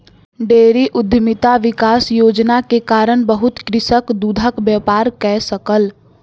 dairy उद्यमिता विकास योजना के कारण बहुत कृषक दूधक व्यापार कय सकल